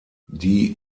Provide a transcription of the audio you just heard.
die